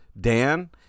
Dan